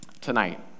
tonight